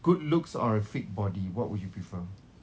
good looks or a fit body what would you prefer